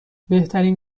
بهترین